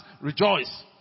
rejoice